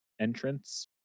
entrance